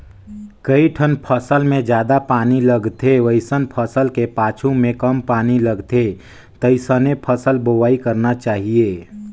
कइठन फसल मे जादा पानी लगथे वइसन फसल के पाछू में कम पानी लगथे तइसने फसल बोवाई करना चाहीये